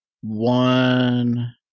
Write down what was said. one